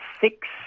six